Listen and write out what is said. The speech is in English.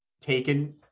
taken